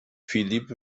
filip